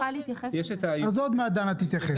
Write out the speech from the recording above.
מתחנת ההסגר וגם שם הוא עומד בתור וממתין.